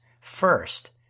First